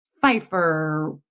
Pfeiffer